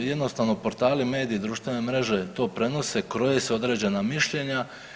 Jednostavno portali, mediji, društvene mreže to prenose, kroje se određena mišljenja.